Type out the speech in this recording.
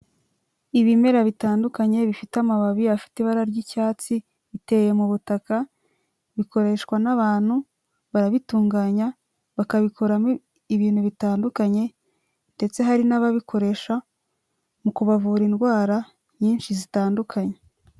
Ibimera bitandukanye bifite amababi afite ibara ry'icyatsi, biteye mu butaka bikoreshwa n'abantu barabitunganya bakabikoramo ibintu bitandukanye ndetse hari n'ababikoresha mu kubavura indwara nyinshi zitandukanye.